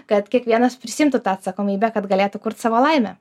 kad kiekvienas prisiimtų tą atsakomybę kad galėtų kurt savo laimę